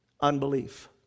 Unbelief